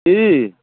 ई